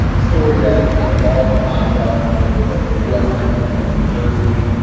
um a story that you know barr had lined up that the the us attorney from new jersey,